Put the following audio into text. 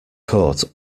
court